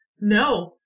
No